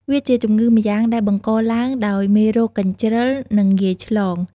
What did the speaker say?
វាជាជម្ងឺម្យ៉ាងដែលបង្កឡើងដោយមេរោគកញ្ជ្រឹល និងងាយឆ្លង។